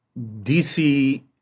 DC